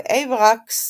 ואיוורקס